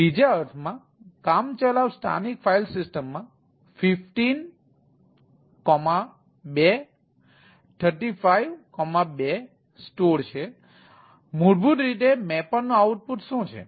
બીજા અર્થમાં કામચલાઉ સ્થાનિક ફાઇલ સિસ્ટમમાં 152 352 સ્ટોર છે મૂળભૂત રીતે મેપરનું આઉટપુટ શું છે